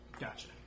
Gotcha